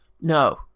No